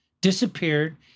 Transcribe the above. disappeared